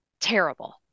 terrible